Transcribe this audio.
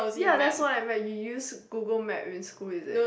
ya that's why where you use Google map in school is it